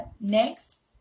Next